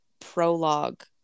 prologue